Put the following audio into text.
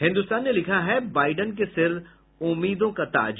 हिन्दुस्तान ने लिखा है बाइडन के सिर उम्मीदों का ताज